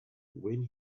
when